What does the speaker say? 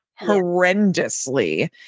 horrendously